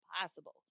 possible